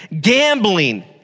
Gambling